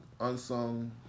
unsung